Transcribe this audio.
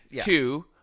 Two